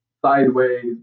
Sideways